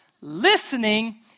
Listening